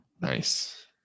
nice